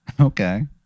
okay